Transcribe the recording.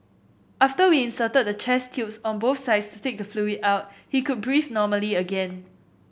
after we inserted chest tubes on both sides to take the fluid out he could breathe normally again